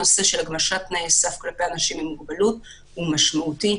הנושא של הגמשת תנאי סף לאנשים עם מוגבלות הוא משמעותי.